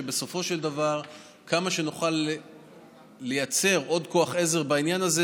שבסופו של דבר כמה שנוכל כמה שנוכל לייצר עוד כוח עזר בעניין הזה,